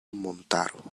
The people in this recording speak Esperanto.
montaro